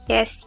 Yes